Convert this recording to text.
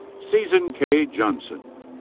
season k. johnson.